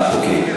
אוקיי.